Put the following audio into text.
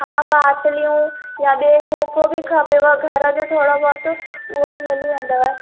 हा बाटलियूं या ॿियों जेको बि खपेव घर जो थोरो बहोत हुओ बि मिली वेंदव